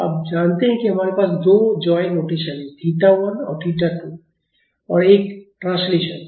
तो आप जानते हैं कि हमारे पास दो ज्वाइन रोटेशन हैं थीटा 1 और थीटा 2 और एक ट्रांसलेशन